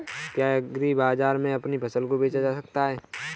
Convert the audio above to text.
क्या एग्रीबाजार में अपनी फसल को बेचा जा सकता है?